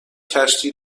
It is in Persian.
کشتی